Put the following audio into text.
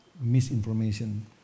misinformation